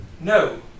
No